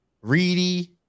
Reedy